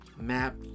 Map